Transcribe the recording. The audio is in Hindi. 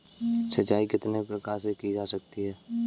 सिंचाई कितने प्रकार से की जा सकती है?